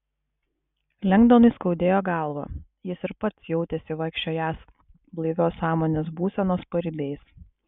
lengdonui skaudėjo galvą jis ir pats jautėsi vaikščiojąs blaivios sąmonės būsenos paribiais